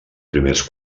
primers